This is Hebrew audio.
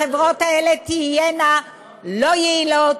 החברות האלה תהיינה לא יעילות,